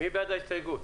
מי בעד ההסתייגות?